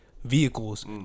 vehicles